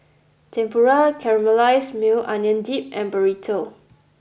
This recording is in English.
Tempura Caramelized Maui Onion Dip and Burrito